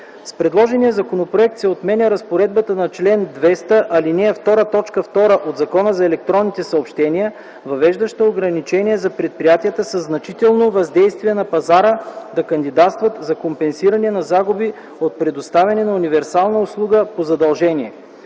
С предложения законопроект се отменя разпоредбата на чл. 200, ал. 2, т. 2 от Закона за електронните съобщения, въвеждаща ограничение за предприятията със значително въздействие на пазара да кандидатстват за компенсиране на загуби от предоставяне на универсална услуга по задължение.